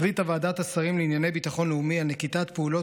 החליטה ועדת השרים לענייני ביטחון לאומי על נקיטת פעולות